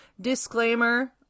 Disclaimer